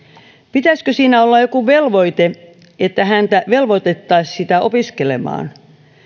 pitäisikö siinä olla joku velvoite että häntä velvoitettaisiin sitä opiskelemaan